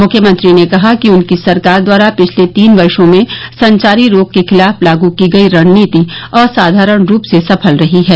मुख्यमंत्री ने कहा कि उनकी सरकार द्वारा पिछले तीन वर्षो में संचारी रोग के खिलाफ लागू की गयी रणनीति असाधारण रूप से सफल रही है